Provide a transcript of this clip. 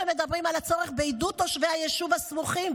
שמדברים על הצורך בעידוד תושבי היישובים הסמוכים,